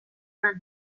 cat